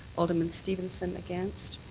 alderman stevenson against.